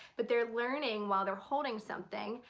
but they're learning while they're holding something,